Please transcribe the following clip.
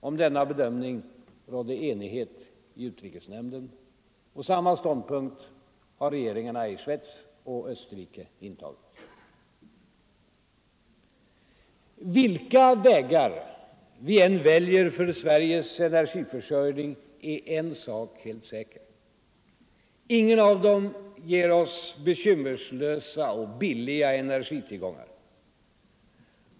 Om denna bedömning rådde enighet i utrikesnämnden, och samma ståndpunkt har regeringarna i Schweiz och Österrike intagit. Vilka vägar vi än väljer för Sveriges energiförsörjning är en sak säker: Ingen av dem ger oss bekymmerslösa och billiga energitillgångar.